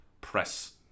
press